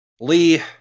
Lee